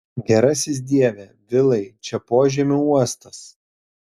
gerasis dieve vilai čia požemių uostas